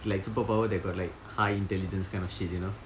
like superpower that got like high intelligence kind of shit you know